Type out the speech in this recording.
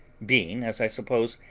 being, as i suppose,